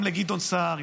גם לגדעון סער,